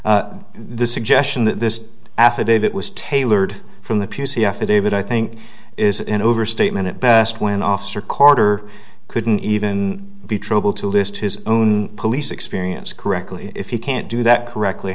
ingestion that this affidavit was tailored from the p c affidavit i think is an overstatement it best when officer corder couldn't even be trouble to list his own police experience correctly if you can't do that correctly